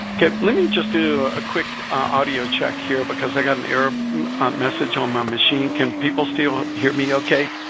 let me just do a quick audio check here because i got an error message on my machine. can people still hear me okay?